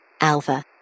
Alpha